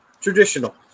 Traditional